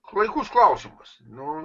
klaikus klausimas nu